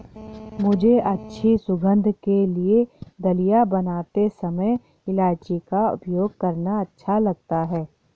मुझे अच्छी सुगंध के लिए दलिया बनाते समय इलायची का उपयोग करना अच्छा लगता है